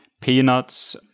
peanuts